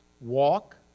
Walk